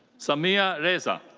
samiha reza.